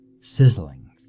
sizzling